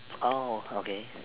oh okay